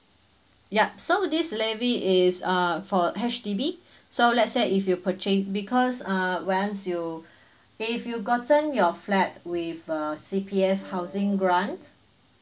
yup so this levy is err for H_D_B so let's say if you purchase because err once you if you gotten your flat with err C_P_F housing grant